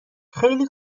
خیلی